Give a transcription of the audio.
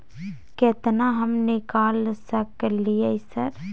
केतना हम निकाल सकलियै सर?